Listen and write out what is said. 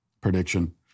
prediction